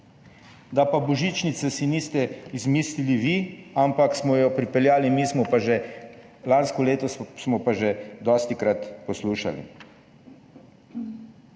Da pa božičnice si niste izmislili vi, ampak smo jo pripeljali mi lansko leto, smo pa že dostikrat poslušali.